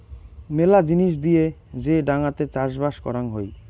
মেলা জিনিস দিয়ে যে ডাঙাতে চাষবাস করাং হই